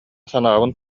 санаабын